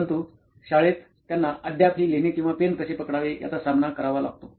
परंतु शाळेत त्यांना अद्याप हि लिहणे किंवा पेन कसे पकडावे याचा सामना करावा लागतो